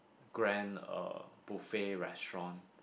grand uh buffet restaurant